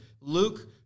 Luke